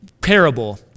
parable